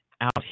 out